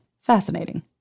fascinating